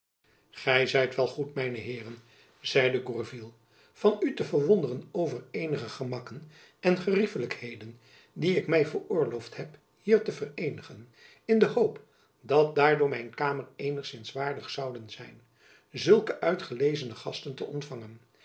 gy zijt wel goed mijne heeren zeide gourville van u te verwonderen over eenige gemakken en geriefelijkheden die ik my veroorloofd heb hier te vereenigen in de hoop dat daardoor mijn kamer eenigzins waardig zouden zijn zulke uitgelezene gasten te ontfangen